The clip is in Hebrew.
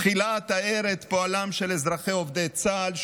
תחילה אתאר את פועלם של אזרחים עובדי צה"ל,